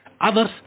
others